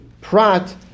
prat